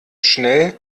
schnell